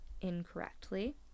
incorrectly